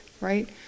right